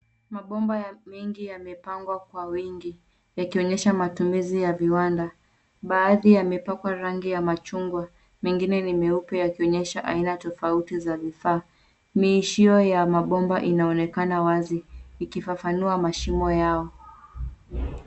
Mabomba nyingi yamepangwa kwa wingi yakionyesha matumizi ya viwanda. Baadhi yamepakwa rangi ya machungwa. Mengine ni meupe yakionyesha aina tofauti za vifaa. Miishio ya mabomba inaonekana wazi, ikifafanua mashimo yao.